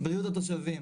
בריאות התושבים,